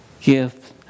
gift